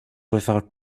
without